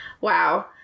Wow